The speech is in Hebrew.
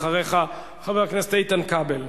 אחריך, חבר הכנסת איתן כבל.